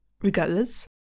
Regardless